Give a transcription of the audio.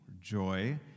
joy